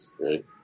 Right